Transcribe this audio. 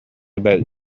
about